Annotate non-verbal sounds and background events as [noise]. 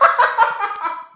[laughs]